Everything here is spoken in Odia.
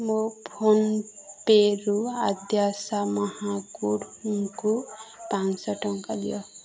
ମୋ ଫୋନ୍ପେରୁ ଆଦ୍ୟାଶା ମହାକୁଡ଼ଙ୍କୁ ପାଞ୍ଚଶହ ଟଙ୍କା ଦିଅ